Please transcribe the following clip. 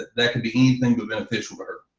that could be anything but beneficial to her.